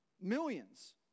millions